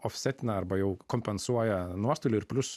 ofsetina arba jau kompensuoja nuostolį ir plius